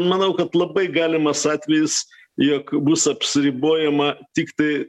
manau kad labai galimas atvejis jog bus apsiribojama tiktai